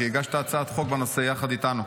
כי הגשת הצעת חוק בנושא יחד איתנו.